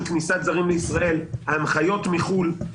כניסת זרים לישראל ההנחיות מחו"ל,